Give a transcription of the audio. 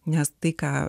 nes tai ką